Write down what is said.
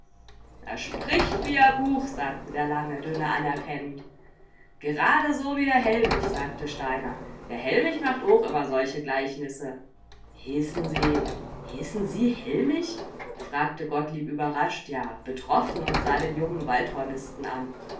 a spricht wie a buch sagte der lange dünne anerkennend gerade so wie der hellmich sagte steiner der hellmich macht ooch immer solche gleichnisse heeßen sie heeßen sie hellmich fragte gottlieb überrascht ja betroffen und sah den jungen waldhornisten an